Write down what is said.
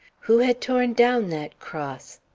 who had torn down that cross?